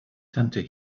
tante